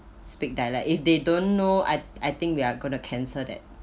speak dialect if they don't know I I think we are going to cancel that